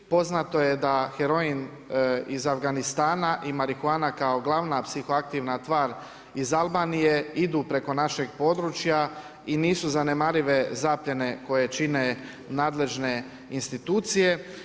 Poznato je da heroin iz Afganistana i marihuana kao glavna psihoaktivna tvar iz Albanije idu preko našeg područja i nisu zanemarive zapljene koje čine nadležne institucije.